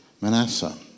Manasseh